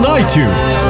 iTunes